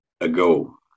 ago